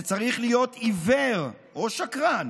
וצריך להיות עיוור או שקרן